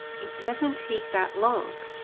it doesn't take that long.